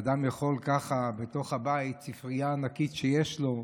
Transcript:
ואדם יכול ככה, בתוך הבית, ספרייה ענקית יש לו.